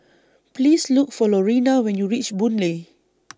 Please Look For Lorena when YOU REACH Boon Lay